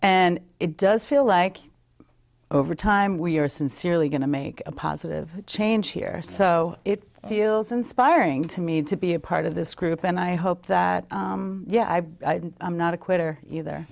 and it does feel like over time we are sincerely going to make a positive change here so it feels inspiring to me to be a part of this group and i hope that yeah i'm not a quitter either